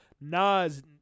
Nas